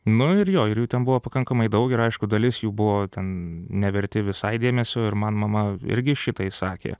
nu ir jo ir jų ten buvo pakankamai daug ir aišku dalis jų buvo ten neverti visai dėmesio ir man mama irgi šitai sakė